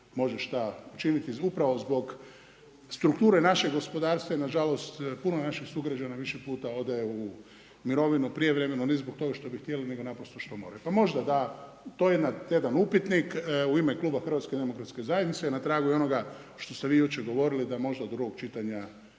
može šta učiniti upravo zbog strukture našeg gospodarstva i na žalost puno naših sugrađana više puta ode u mirovinu prijevremenu ne zbog toga što bi htjeli, nego naprosto što moraju. Pa možda da to je jedan upitnik u ime Kluba Hrvatske demokratske zajednice i na tragu onoga što ste vi jučer govorili da možda drugog čitanja